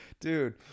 Dude